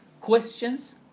questions